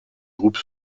groupe